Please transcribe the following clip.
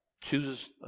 chooses